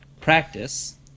practice